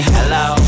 Hello